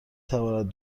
تواند